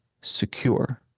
secure